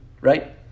right